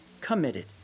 committed